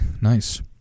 nice